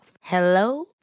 Hello